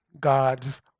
God's